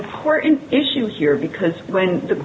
important issue here because when the